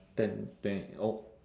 ten twenty o~